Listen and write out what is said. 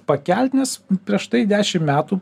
pakelt nes prieš tai dešim metų